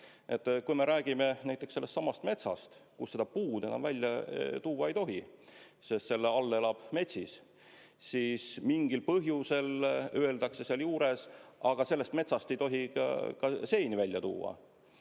Kui me räägime näiteks sellestsamast metsast, kust puud välja tuua ei tohi, sest selle all elab metsis, siis mingil põhjusel öeldakse sealjuures, et ega sellest metsast ei tohi ka seeni välja tuua,